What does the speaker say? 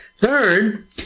Third